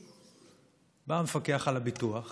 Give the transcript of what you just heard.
בא המפקח על הביטוח